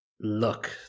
look